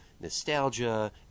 nostalgia